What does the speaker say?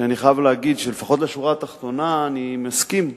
שאני חייב להגיד שלפחות לשורה התחתונה אני מסכים.